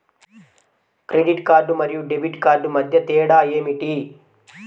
Credit card మరియు debit card మధ్య తేడా ఏమిటి?